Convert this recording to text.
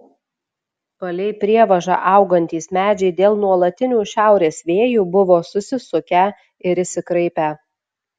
palei prievažą augantys medžiai dėl nuolatinių šiaurės vėjų buvo susisukę ir išsikraipę